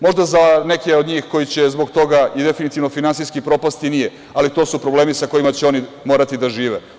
Možda za neke od njih koji će zbog toga i definitivno finansijski propasti nije, ali to su problemi sa kojima će oni morati da žive.